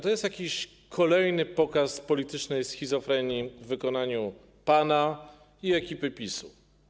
To jest jakiś kolejny pokaz politycznej schizofrenii w wykonaniu pana i ekipy PiS-u.